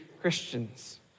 Christians